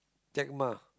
Jack-Ma